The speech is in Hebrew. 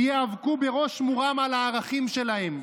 וייאבקו בראש מורם על הערכים שלהם.